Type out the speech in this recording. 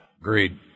Agreed